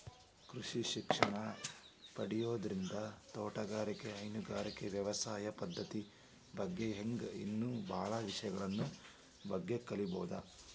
ಕೃಷಿ ಶಿಕ್ಷಣ ಪಡಿಯೋದ್ರಿಂದ ತೋಟಗಾರಿಕೆ, ಹೈನುಗಾರಿಕೆ, ವ್ಯವಸಾಯ ಪದ್ದತಿ ಬಗ್ಗೆ ಹಿಂಗ್ ಇನ್ನೂ ಬಾಳ ವಿಷಯಗಳ ಬಗ್ಗೆ ಕಲೇಬೋದು